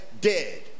dead